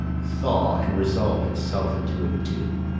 thaw, and resolve itself into a dew!